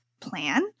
plan